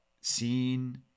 seen